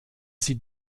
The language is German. sie